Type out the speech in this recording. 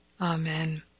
Amen